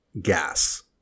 gas